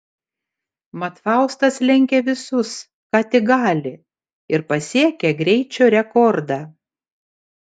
mat faustas lenkia visus ką tik gali ir pasiekia greičio rekordą